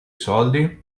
soldi